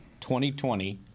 2020